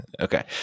Okay